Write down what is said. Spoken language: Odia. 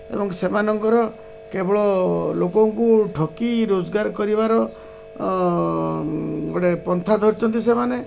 ଏବଂ ସେମାନଙ୍କର କେବଳ ଲୋକଙ୍କୁ ଠକି ରୋଜଗାର କରିବାର ଗୋଟେ ପନ୍ଥା ଧରିଛନ୍ତି ସେମାନେ